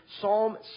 Psalm